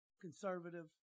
conservative